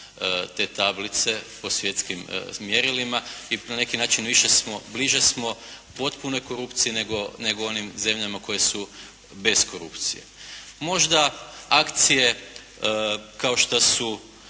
te tablice po svjetskim mjerilima i na neki način više smo, bliže smo potpunoj korupciji nego onim zemljama koje su bez korupcije. Možda akcije kao što su